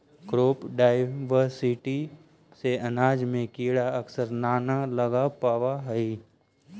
crop diversity से अनाज में कीड़ा अक्सर न न लग पावऽ हइ